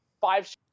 five